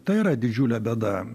tai yra didžiulė bėda